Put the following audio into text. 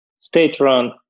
state-run